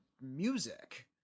music